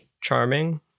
charming